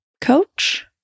coach